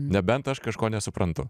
nebent aš kažko nesuprantu